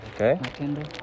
Okay